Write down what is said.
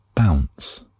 Bounce